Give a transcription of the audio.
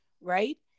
Right